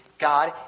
God